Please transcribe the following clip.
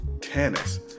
tennis